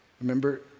remember